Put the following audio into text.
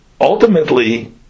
ultimately